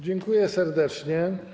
Dziękuję serdecznie.